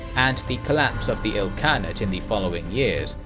and the collapse of the ilkhanate in the following years,